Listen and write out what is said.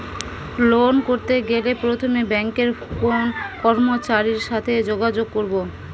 Loan করতে গেলে প্রথমে ব্যাঙ্কের কোন কর্মচারীর সাথে যোগাযোগ করব?